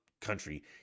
country